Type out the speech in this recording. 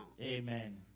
Amen